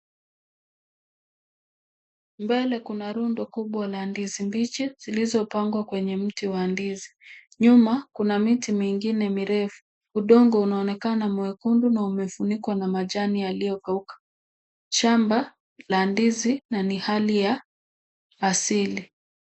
Mbele kuna rundo kubwa la ndizi mbichi zilizopangwa kwenye mti wa ndizi. Nyuma kuna miti mingine mirefu. Udongo unaonekana mwekundu na umefunikwa na majani yaliyokauka. Shamba la ndizi na ni hali ya asili.